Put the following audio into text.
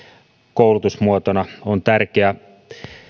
koulutusmuotona on tärkeää